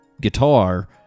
guitar